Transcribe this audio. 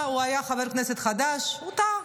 הוא היה חבר כנסת חדש, הוא טעה.